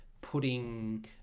putting